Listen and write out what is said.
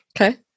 Okay